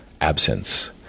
absence